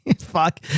Fuck